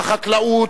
בחקלאות,